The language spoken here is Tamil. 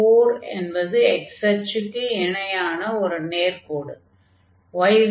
y4 என்பது x அச்சுக்கு இணையான ஒரு நேர்க்கோடு ஆகும்